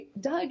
Doug